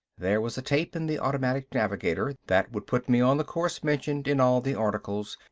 there was a tape in the automatic navigator that would put me on the course mentioned in all the articles,